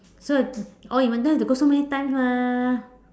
so or if not you have to go so many times mah